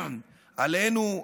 עלינו,